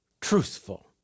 truthful